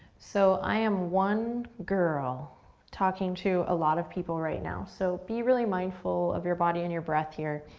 so, i am one girl talking to a lot of people right now, so be really mindful of your body and your breath here.